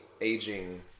aging